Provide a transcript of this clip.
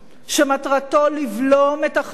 שמטרתו לבלום את ה"חמאס"